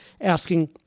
asking